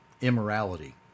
immorality